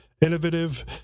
innovative